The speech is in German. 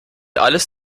alles